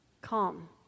calm